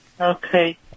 Okay